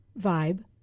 Vibe